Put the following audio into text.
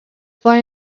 fly